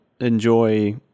enjoy